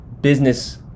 business